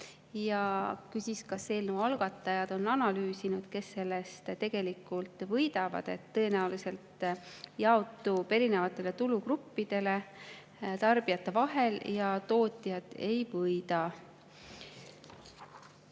küsis, kas eelnõu algatajad on analüüsinud, kes sellest tegelikult võidavad. Tõenäoliselt jaotub [võit] erinevatest tulugruppidest tarbijate vahel ja tootjad sellest ei võida.